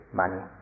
money